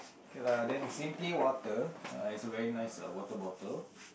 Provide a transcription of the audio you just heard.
okay lah then simply water uh is a very nice water bottle